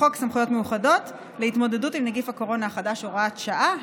לחוק סמכויות מיוחדות להתמודדות עם נגיף הקורונה החדש (הוראת שעה),